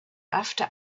after